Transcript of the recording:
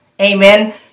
Amen